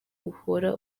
uhora